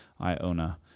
Iona